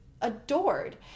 adored